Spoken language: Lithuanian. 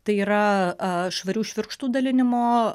tai yra švarių švirkštų dalinimo